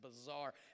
bizarre